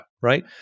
right